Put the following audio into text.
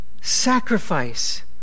sacrifice